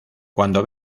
cuando